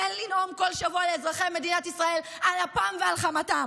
כן לנאום כל שבוע לאזרחי מדינת ישראל על אפם ועל חמתם